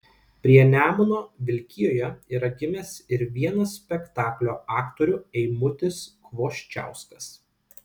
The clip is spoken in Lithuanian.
prie nemuno vilkijoje yra gimęs ir vienas spektaklio aktorių eimutis kvoščiauskas